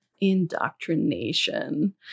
Indoctrination